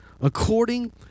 according